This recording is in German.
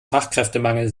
fachkräftemangel